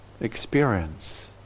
experience